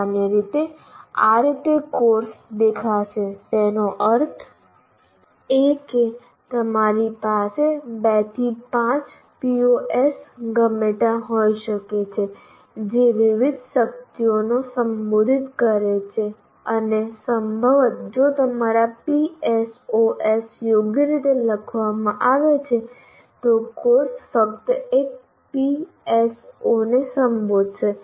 સામાન્ય રીતે આ રીતે કોર્સ દેખાશે તેનો અર્થ એ કે તમારી પાસે 2 થી 5 POs ગમે ત્યાં હોઈ શકે છે જે વિવિધ શક્તિઓને સંબોધિત કરે છે અને સંભવત જો તમારા PSOs યોગ્ય રીતે લખવામાં આવે છે તો કોર્સ ફક્ત એક PSO ને સંબોધશે